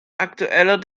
aktueller